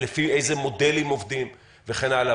לפי איזה מודלים עובדים וכן הלאה.